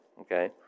Okay